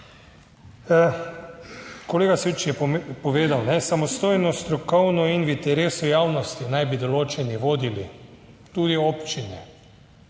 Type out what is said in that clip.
Kolega Süč je povedal, ne, samostojno, strokovno in v interesu javnosti naj bi določeni vodili tudi občine.